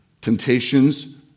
temptations